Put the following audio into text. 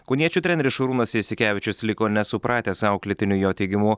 kauniečių treneris šarūnas jasikevičius liko nesupratęs auklėtinių jo teigimu